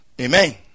Amen